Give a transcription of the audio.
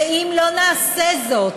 אם לא נעשה זאת,